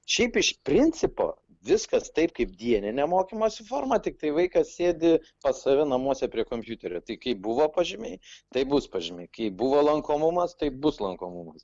šiaip iš principo viskas taip kaip dienine mokymosi forma tiktai vaikas sėdi pas save namuose prie kompiuterio tai kaip buvo pažymiai taip bus pažymiai kaip buvo lankomumas taip bus lankomumas